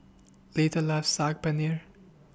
Lita loves Saag Paneer